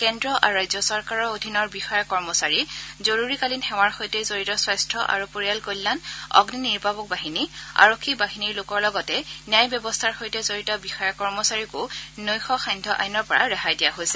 কেন্দ্ৰ আৰু ৰাজ্য চৰকাৰৰ অধীনৰ বিষয়া কৰ্মচাৰী জৰুৰীকালীন সেৱাৰ সৈতে জড়িত স্বাস্থ আৰু পৰিয়াল কল্যাণ অগ্নিনিৰ্বাপক বাহিনী আৰক্ষী বাহিনীৰ লোকৰ লগতে ন্যায় ব্যৱস্থাৰ সৈতে জড়িত বিষয়া কৰ্মচাৰীকো নৈশ সাধ্য আইনৰ পৰা ৰেহাই দিয়া হৈছে